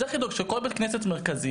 צריך לדאוג שבכל בית כנסת מרכזי